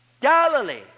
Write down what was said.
Galilee